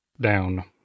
down